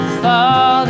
fall